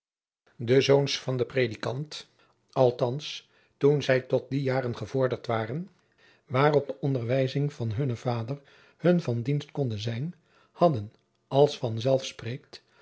de zoons van den predikant althands toen zij tot die jaren gevorderd waren waarop de onderwijzing van hunnen vader hun van dienst konde zijn hadden als